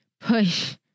push